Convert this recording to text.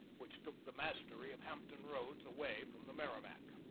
which took the mastery of hampton roads away from the merrimac.